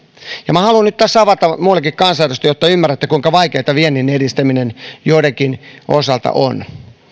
haluan nyt tässä sitä avata muillekin kansanedustajille jotta ymmärrätte kuinka vaikeata viennin edistäminen joidenkin osalta on